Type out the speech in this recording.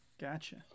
Gotcha